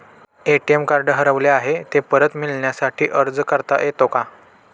ATM card हरवले आहे, ते परत मिळण्यासाठी अर्ज करता येतो का?